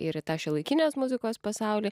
ir į tą šiuolaikinės muzikos pasaulį